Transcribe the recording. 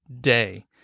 day